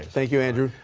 thank you, andrew.